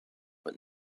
but